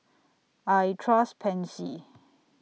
I Trust Pansy